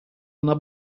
una